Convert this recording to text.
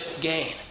gain